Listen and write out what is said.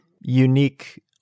unique